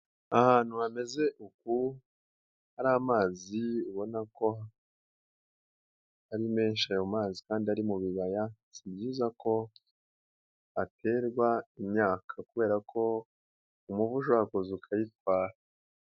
Ahantu hameze uku hari amazi ubona ko ari menshi ayo mazi kandi ari mu bibaya, si byiza ko haterwa imyaka kubera ko umuvu ushobora kuza ukayitwara.